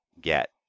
get